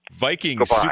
Vikings